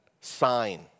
sign